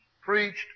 preached